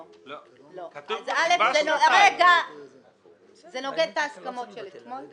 לא, זה נוגד את ההסכמות של אתמול,